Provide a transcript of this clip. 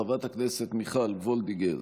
חברת הכנסת מיכל וולדיגר,